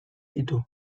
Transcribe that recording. ditu